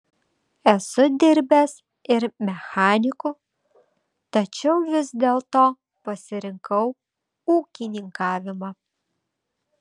esu dirbęs ir mechaniku tačiau vis dėlto pasirinkau ūkininkavimą